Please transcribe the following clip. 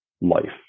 life